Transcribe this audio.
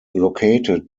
located